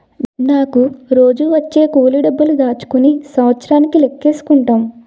నాకు రోజూ వచ్చే కూలి డబ్బులు దాచుకుని సంవత్సరానికి లెక్కేసుకుంటాం